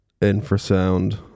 Infrasound